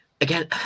Again